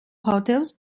hotels